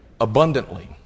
abundantly